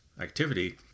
activity